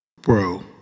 Bro